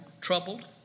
troubled